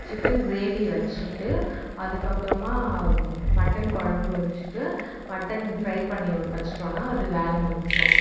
chicken gravy வச்சிட்டு அதுக்கப்பறமாக mutton குழம்பு வச்சிட்டு மட்டன் ஃப்ரை பண்ணி வச்சிட்டோம்னா அது வேலை முடிஞ்சிடும்